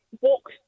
walk